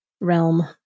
realm